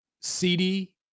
CD